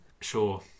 Sure